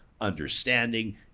understanding